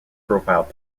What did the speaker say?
profile